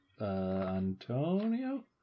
Antonio